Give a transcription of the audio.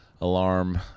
Alarm